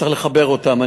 צריך לחבר אותם.